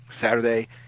Saturday